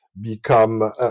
become